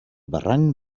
barranc